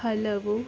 ಹಲವು